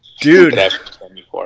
dude